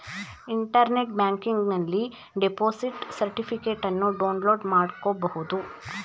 internet ಬ್ಯಾಂಕಿಂಗನಲ್ಲಿ deposit ಸರ್ಟಿಫಿಕೇಟನ್ನು download ಮಾಡ್ಕೋಬಹುದು